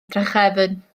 drachefn